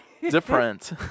different